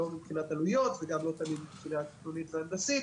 לא רק מבחינת עלויות אלא גם מבחינה תכנונית והנדסית.